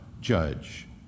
judge